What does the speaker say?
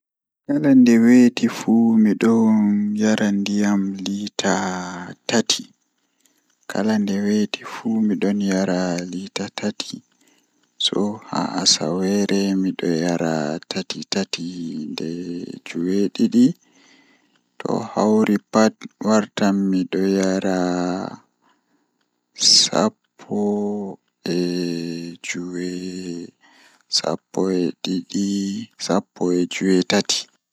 Kala nde weeti fuu mido yara ndiya liita tati kala nde weeti fuu midon yara lita tati so haa asaweere midon yara tati tati nde jweedidi to hawri pat wartan midon yara sappo e jwee sappo e didi sappo e jweetati.